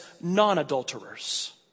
non-adulterers